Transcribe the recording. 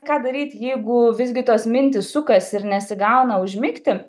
ką daryt jeigu visgi tos mintys sukasi ir nesigauna užmigti